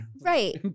right